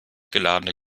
geladene